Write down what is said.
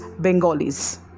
Bengalis